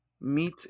meet